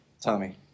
Tommy